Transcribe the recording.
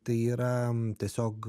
tai yra tiesiog